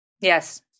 Yes